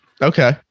Okay